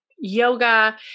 Yoga